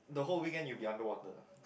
the whole weekend you will be under water